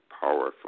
powerful